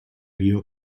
rio